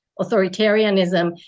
authoritarianism